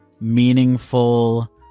meaningful